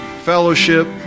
Fellowship